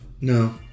no